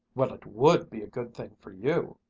well, it would be a good thing for you,